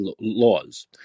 laws